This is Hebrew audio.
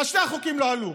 אז שני החוקים לא עלו.